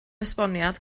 esboniad